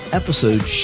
episode